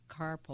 carpal